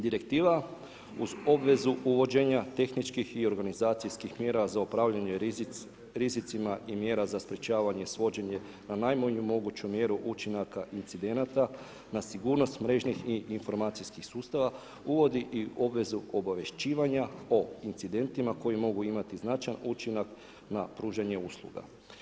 Direktiva uz obvezu uvođenje tehničkih i organizacijskih mjera za upravljanje rizicima i mjera za sprječavanje svođenje na najmanju moguću mjeru učinka incidenata na sigurnost mrežnih i informacijskih sustava uvodi i obvezu obavješćivanja, o incidentima koji mogu imati značajan učinak na pružanje usluga.